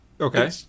okay